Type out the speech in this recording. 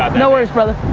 um no worries, brother.